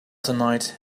tonight